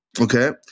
okay